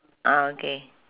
ah okay